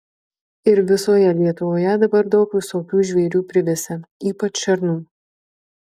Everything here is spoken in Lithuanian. ir visoje lietuvoje dabar daug visokių žvėrių privisę ypač šernų